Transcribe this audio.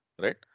right